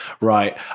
Right